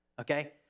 okay